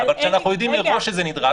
אבל כשאנחנו יודעים מראש שזה נדרש,